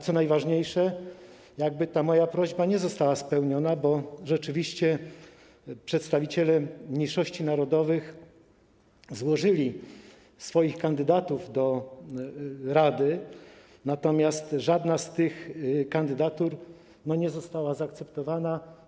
Co najważniejsze, moja prośba jakby nie została spełniona, bo rzeczywiście przedstawiciele mniejszości narodowych zaproponowali swoich kandydatów do rady, natomiast żadna z tych kandydatur nie została zaakceptowana.